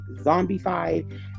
zombified